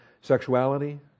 sexuality